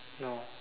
no